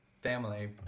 Family